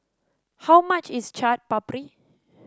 how much is Chaat Papri